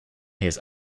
his